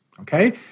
Okay